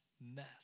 mess